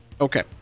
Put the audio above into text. Okay